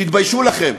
תתביישו לכם.